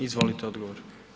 Izvolite odgovor.